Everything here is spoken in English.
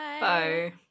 bye